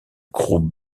groupe